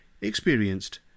experienced